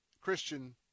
Christian